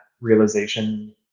realization